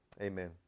amen